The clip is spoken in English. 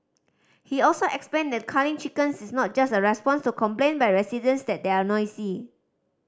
he also explained that culling chickens is not just a response to complaint by residents that they are noisy